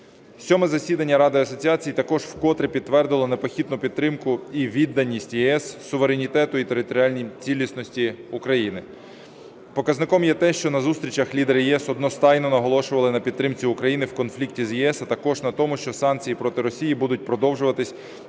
Сьоме засідання Ради асоціацій також вкотре підтвердили непохитну підтримку і відданість ЄС суверенітету і територіальній цілісності України. Показником є те, що на зустрічах лідери ЄС одностайно наголошували на підтримці України в конфлікті з …, а також на тому, що санкції проти Росії будуть продовжуватись,